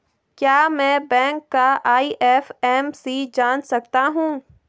क्या मैं बैंक का आई.एफ.एम.सी जान सकता हूँ?